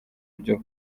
byo